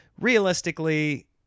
realistically